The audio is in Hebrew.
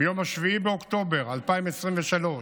ביום 7 באוקטובר 2023,